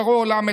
לבורא עולם,